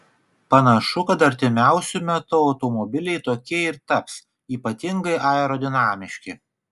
panašu kad artimiausiu metu automobiliai tokie ir taps ypatingai aerodinamiški